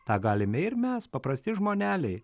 tą galime ir mes paprasti žmoneliai